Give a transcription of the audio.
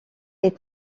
est